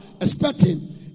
expecting